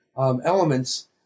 elements